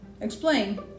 Explain